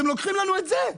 אתם לוקחים לנו את זה.